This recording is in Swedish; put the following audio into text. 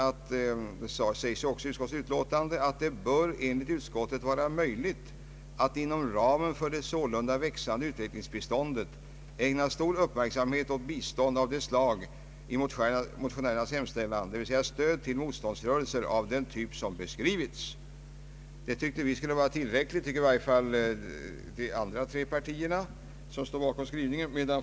Det sägs också i utskottsutlåtandet att det enligt utskottet bör vara möjligt att inom ramen för det sålunda växande utvecklingsbiståndet ägna stor uppmärksamhet åt bistånd av det slag som nämns av motionärerna, d.v.s. stöd till motståndsrörelser av den typ som ovan beskrivits. Vi tyckte att denna skrivning skulle vara tillräcklig, och det är tre partier som står bakom skrivningen.